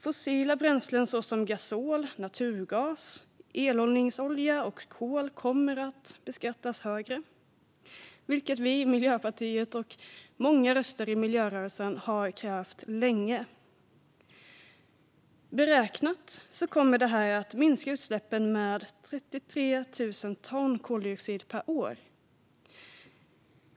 Fossila bränslen som exempelvis gasol, naturgas, eldningsolja och kol kommer att beskattas högre, vilket vi i Miljöpartiet och många röster i miljörörelsen har krävt länge. Minskningen av utsläppen beräknas till 33 000 ton koldioxid per år.